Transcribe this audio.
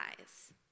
eyes